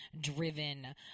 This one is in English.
driven